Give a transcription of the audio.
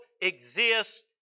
exist